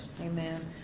Amen